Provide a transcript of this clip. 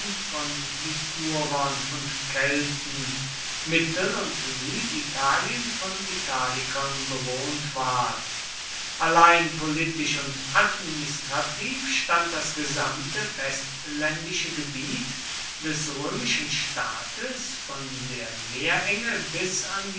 von ligurern und kelten mittel und süditalien von italikern bewohnt ward allein politisch und administrativ stand das gesamte festländische gebiet des römischen staates von der meerenge bis